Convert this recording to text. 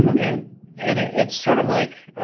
and and ah it's sort of like,